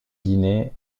guinée